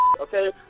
Okay